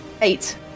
eight